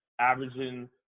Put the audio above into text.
Averaging